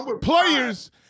players